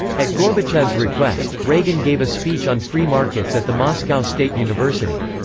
at gorbachev's request, reagan gave a speech on free markets at the moscow state university.